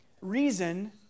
reason